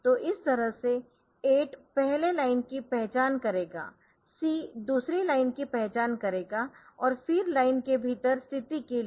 तो इस तरह से 8 पहले लाइन की पहचान करेगा C दूसरी लाइन की पहचान करेगा और फिर लाइन के भीतर स्थिति के लिए